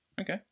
Okay